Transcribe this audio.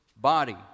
body